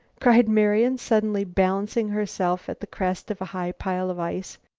cried marian suddenly, balancing herself at the crest of a high pile of ice.